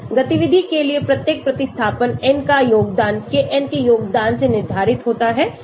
गतिविधि के लिए प्रत्येक प्रतिस्थापन n का योगदान Kn के योगदान से निर्धारित होता है